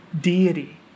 deity